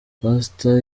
pastor